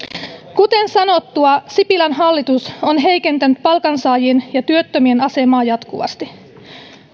kuten sanottua sipilän hallitus on heikentänyt palkansaajien ja työttömien asemaa jatkuvasti